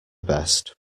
best